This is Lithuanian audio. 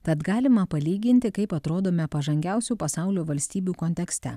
tad galima palyginti kaip atrodome pažangiausių pasaulio valstybių kontekste